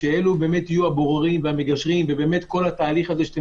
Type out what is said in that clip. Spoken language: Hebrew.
שהם יהיו הבוררים והמגשרים ובאמת יחול כל התהליך הזה שאתם